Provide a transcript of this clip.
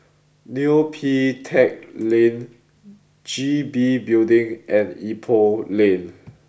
Neo Pee Teck Lane G B Building and Ipoh Lane